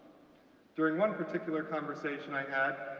during one particular conversation i had,